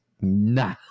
Nah